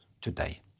today